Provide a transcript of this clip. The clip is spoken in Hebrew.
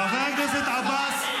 חבר הכנסת עבאס,